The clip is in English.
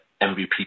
MVP